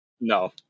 No